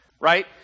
right